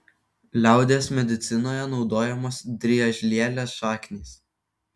liaudies medicinoje naudojamos driežlielės šaknys